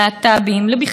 אבל אני חייבת לומר,